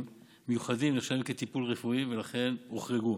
מיוחדים נחשבים כטיפול רפואי ולכן הוחרגו.